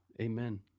Amen